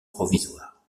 provisoire